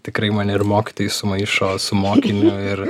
tikrai mane ir mokytojai sumaišo su mokiniu ir